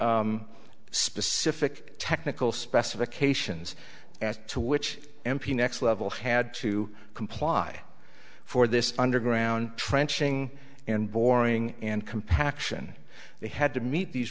specific technical specifications as to which m p next level had to comply for this underground trenching and boring and compaction they had to meet these